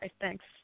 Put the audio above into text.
thanks